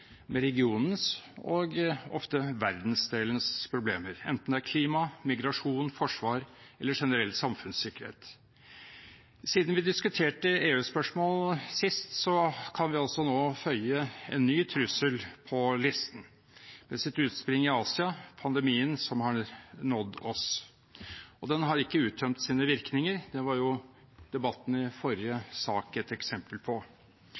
med regionens og ofte med verdensdelens problemer, enten det er klima, migrasjon, forsvar eller generell samfunnssikkerhet. Siden vi sist diskuterte EU-spørsmål, kan vi nå føye en ny trussel til listen, med sitt utspring i Asia: pandemien som har nådd oss. Og den har ikke uttømt sine virkninger. Det var debatten i forrige sak et eksempel på.